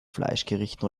fleischgerichten